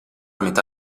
metà